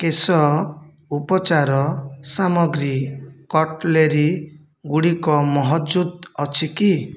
କେଶ ଉପଚାର ସାମଗ୍ରୀ କଟ୍ଲେରୀ ଗୁଡ଼ିକ ମହଜୁଦ ଅଛି କି